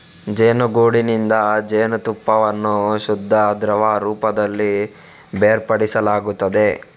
ಜೇನುಗೂಡಿನಿಂದ ಜೇನುತುಪ್ಪವನ್ನು ಶುದ್ಧ ದ್ರವ ರೂಪದಲ್ಲಿ ಬೇರ್ಪಡಿಸಲಾಗುತ್ತದೆ